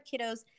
kiddos